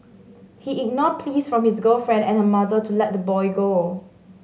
he ignored pleas from his girlfriend and her mother to let the boy go